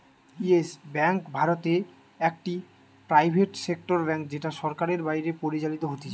yes Bank ভারতে একটি private sector bank যেটা সরকারের বাইরে পরিচালিত হতিছে